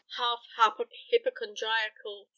half-hypochondriacal